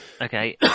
Okay